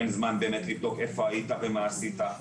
אין זמן באמת לבדוק איפה היית ומה עשית,